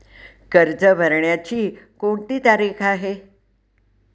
कर्ज भरण्याची कोणती तारीख आहे?